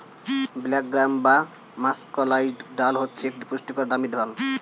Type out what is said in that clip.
black gram বা মাষকলাইয়ের ডাল হচ্ছে একটি পুষ্টিকর দামি ডাল